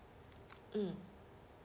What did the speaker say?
mm